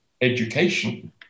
education